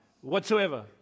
whatsoever